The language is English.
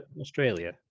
Australia